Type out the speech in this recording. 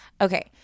Okay